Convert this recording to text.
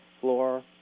floor